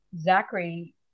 Zachary